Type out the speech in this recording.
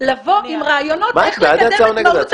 לבוא עם רעיונות איך לקדם את מהות הדבר.